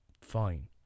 fine